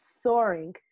soaring